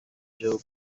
byo